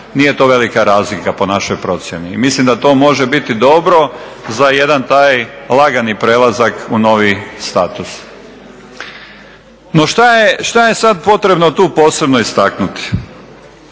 nije to velika razlika po našoj procjeni i mislim da to može biti dobro za jedan taj lagani prelazak u novi status. No, šta je sad potrebno tu posebno istaknuti?